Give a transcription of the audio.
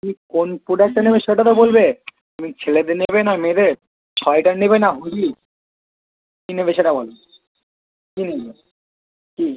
তুমি কোন প্রোডাক্টটা নেবে সেটা তো বলবে তুমি ছেলেদের নেবে না মেয়েদের সোয়েটার নেবে না হুডি কী নেবে সেটা বলো কী নেবে কী